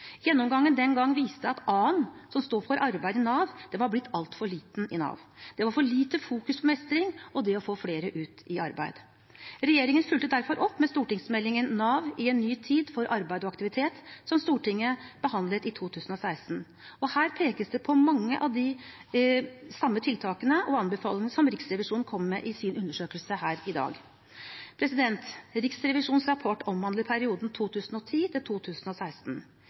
Gjennomgangen den gangen viste at a-en, som stod for arbeid i Nav, var blitt altfor liten i Nav. Det var for lite fokus på mestring og det å få flere ut i arbeid. Regjeringen fulgte derfor opp med stortingsmeldingen «NAV i en ny tid – for arbeid og aktivitet», som Stortinget behandlet i 2016. Her pekes det på mange av de samme tiltakene og anbefalingene som Riksrevisjonen kommer med i sin undersøkelse her i dag. Riksrevisjonens rapport omhandler perioden